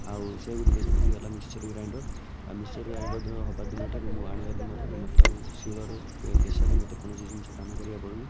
ଆଉ ସେଗୁଡ଼ିକ ଯେମିତି ହେଲା ମିକ୍ସଚର୍ ଗ୍ରାଇଣ୍ଡର୍ ମିକ୍ସଚର୍ ଗ୍ରାଇଣ୍ଡର୍ ହେବା ଦିନଠାରୁ ମୁଁ ଆଣିବା ଦିନଠାରୁ ମୋତେ ଆଉ ଶିଳରେ ପ୍ରେସର୍ରେ ମୋତେ କୌଣସି ଜିନିଷ କାମ କରିବାକୁ ପଡ଼ୁନି